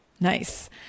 Nice